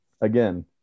Again